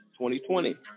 2020